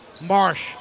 Marsh